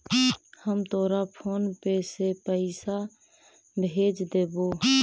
हम तोरा PhonePe से पईसा भेज देबो